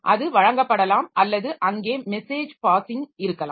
அது வழங்கப்படலாம் அல்லது அங்கே மெஸேஜ் பாஸிங் இருக்கலாம்